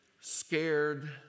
scared